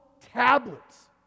tablets